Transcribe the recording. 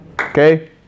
Okay